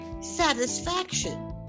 satisfaction